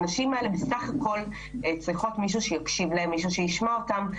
והנשים האלה צריכות מישהו שיקשיב להן וישמע אותן,